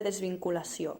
desvinculació